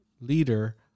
leader